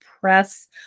press